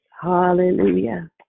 Hallelujah